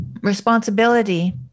responsibility